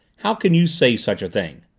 how can you say such a thing?